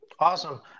Awesome